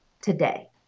today